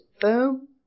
Boom